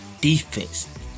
defense